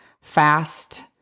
fast